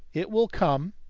it will come.